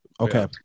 Okay